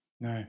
no